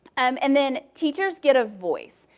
um and then teachers get a voice.